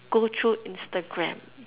go through Instagram